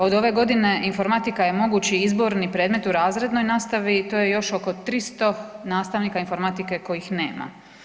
Od ove godine informatika je mogući izborni predmet u razrednoj nastavi i to je još oko 300 nastavnika informatike kojih nema.